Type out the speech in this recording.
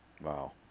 Wow